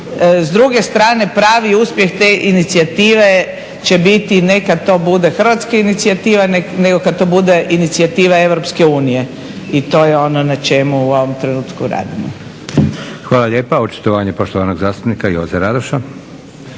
S druge strane pravi uspjeh te inicijative će biti neka to bude hrvatska inicijativa, neka to bude inicijativa EU. I to je ono na čemu u ovom trenutku radimo. **Leko, Josip (SDP)** Hvala lijepa. Očitovanje poštovanog zastupnika Joze Radoša.